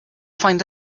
find